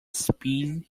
speed